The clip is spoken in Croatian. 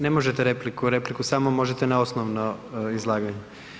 Ne možete repliku, repliku samo možete na osnovno izlaganje.